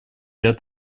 ряд